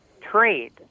trade